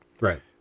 right